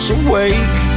awake